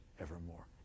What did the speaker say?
evermore